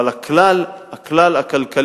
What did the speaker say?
אבל הכלל הכלכלי,